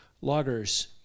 loggers